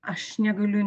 aš negaliu